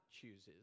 chooses